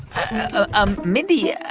ah um, mindy, yeah